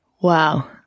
wow